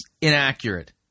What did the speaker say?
Inaccurate